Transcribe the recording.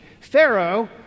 Pharaoh